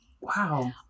Wow